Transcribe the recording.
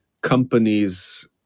companies